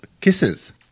Kisses